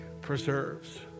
preserves